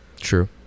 True